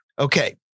Okay